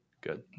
Good